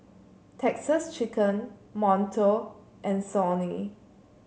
Texas Chicken Monto and Sony